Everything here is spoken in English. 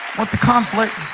what the conflict